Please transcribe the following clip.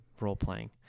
role-playing